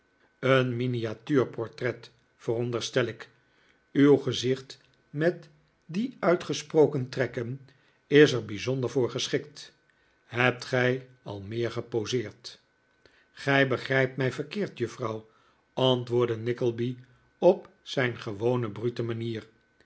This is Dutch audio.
een miniatuurportret veronderstel ik uw gezicht met die uitgesproken trekken is er bijzonder voor geschikt hebt gij al meer geposeerd gij begrijpt mij verkeerd juffrouw antwoordde nickleby op zijn gewone brute manier